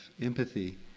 empathy